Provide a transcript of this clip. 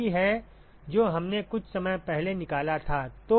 यह वही है जो हमने कुछ समय पहले निकाला था